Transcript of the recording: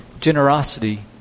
generosity